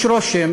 יש רושם